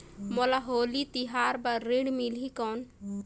मोला होली तिहार बार ऋण मिलही कौन?